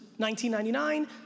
1999